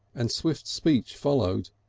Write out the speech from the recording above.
and swift speech followed,